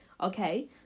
Okay